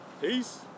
Peace